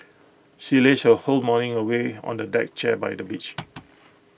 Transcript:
she lazed her whole morning away on A deck chair by the beach